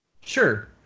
Sure